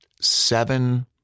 seven